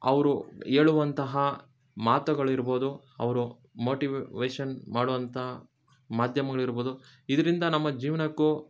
ಅವರು ಹೇಳುವಂತಹ ಮಾತುಗಳಿರ್ಬೋದು ಅವರು ಮೋಟಿವೇಷನ್ ಮಾಡುವಂತಹ ಮಾಧ್ಯಮಗಳು ಇರ್ಬೋದು ಇದರಿಂದ ನಮ್ಮ ಜೀವನಕ್ಕೂ